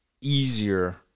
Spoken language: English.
easier